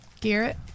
Garrett